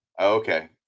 Okay